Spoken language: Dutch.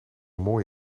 mooi